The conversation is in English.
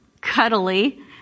cuddly